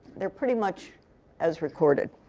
they're pretty much as recorded.